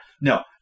No